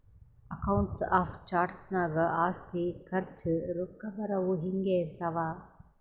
accounts of charts ನಾಗ್ ಆಸ್ತಿ, ಖರ್ಚ, ರೊಕ್ಕಾ ಬರವು, ಹಿಂಗೆ ಇರ್ತಾವ್